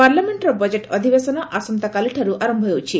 ପାର୍ଲାମେଣ୍ଟର ବଜେଟ୍ ଅଧିବେଶନ ଆସନ୍ତାକାଲିଠାରୁ ଆରମ୍ଭ ହେଉଛି